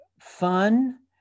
fun